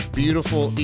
beautiful